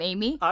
Amy